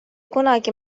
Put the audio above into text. kunagi